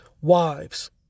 Wives